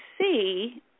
see